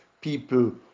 People